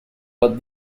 but